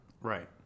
Right